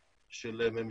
של הממלכה ההאשמית,